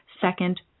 second